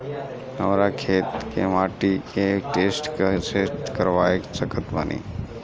हमरा खेत के माटी के टेस्ट कैसे करवा सकत बानी?